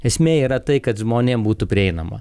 esmė yra tai kad žmonėm būtų prieinama